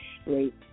straight